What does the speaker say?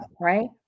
right